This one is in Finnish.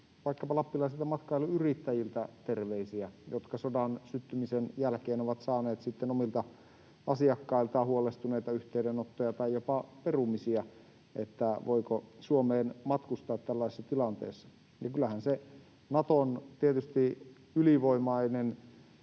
vaikkapa lappilaisilta matkailuyrittäjiltä, jotka sodan syttymisen jälkeen ovat saaneet omilta asiakkailtaan huolestuneita yhteydenottoja tai jopa perumisia, että voiko Suomeen matkustaa tällaisessa tilanteessa. Kyllähän Naton ylivoimainen